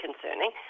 concerning